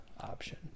option